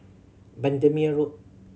Bendemeer Road